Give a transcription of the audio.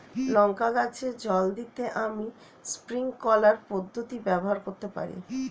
লঙ্কা গাছে জল দিতে আমি স্প্রিংকলার পদ্ধতি ব্যবহার করতে পারি?